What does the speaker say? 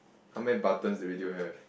how many buttons did we did you have